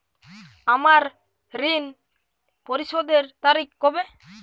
আমার ঋণ পরিশোধের তারিখ কবে?